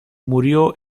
murió